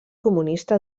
comunista